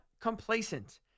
complacent